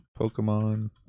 Pokemon